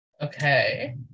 Okay